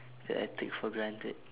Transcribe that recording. that I take for granted